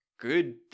good